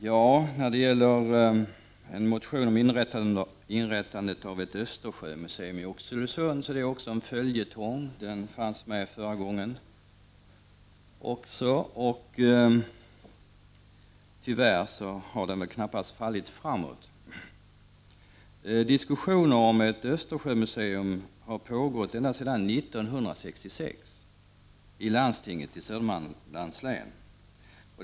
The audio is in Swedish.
Herr talman! Motionen om inrättandet av ett Östersjömuseum i Oxelösund är en följetong. Den fanns med förra året också, och tyvärr har väl behandlingen inte gått framåt. Diskussioner om ett Östersjömuseum har pågått ända sedan år 1966 i landstinget i Södermanlands län.